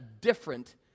different